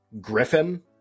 Griffin